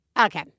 okay